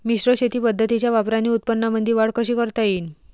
मिश्र शेती पद्धतीच्या वापराने उत्पन्नामंदी वाढ कशी करता येईन?